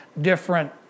different